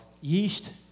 yeast